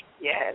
yes